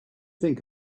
think